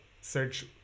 search